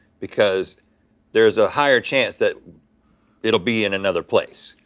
because there's a higher chance that it'll be in another place.